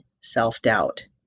self-doubt